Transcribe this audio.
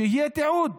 שיהיה תיעוד.